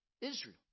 Israel